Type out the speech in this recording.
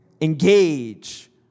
engage